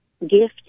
gifted